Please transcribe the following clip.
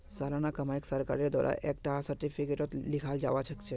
सालाना कमाईक सरकारेर द्वारा एक टा सार्टिफिकेटतों लिखाल जावा सखछे